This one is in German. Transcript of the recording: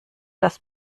das